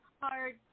hard